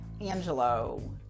Angelo